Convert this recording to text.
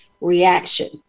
reaction